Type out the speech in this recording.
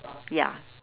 ya